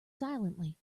silently